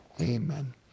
Amen